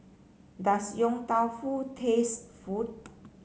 does Tong Tau Foo taste food